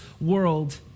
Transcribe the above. world